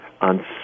on